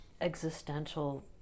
existential